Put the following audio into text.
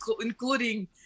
including